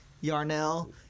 Yarnell